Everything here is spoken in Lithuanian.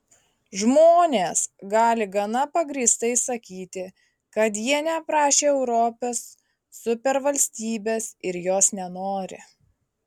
žmonės gali gana pagrįstai sakyti kad jie neprašė europos supervalstybės ir jos nenori